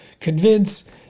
convince